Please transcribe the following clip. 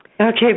Okay